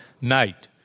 night